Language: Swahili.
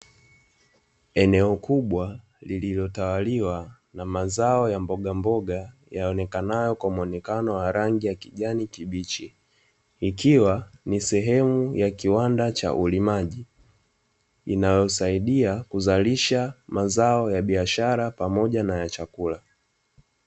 Eneo kubwa lilitawaliwa na mazao ya mbogamboga yaonekanayo kwa rangi ya kijani kibichi, ikiwa ni sehemu ya kiwanda cha ulimaji inayosaidia kuzalisha mazao ya biashara pamoja na ya chakula.